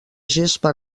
gespa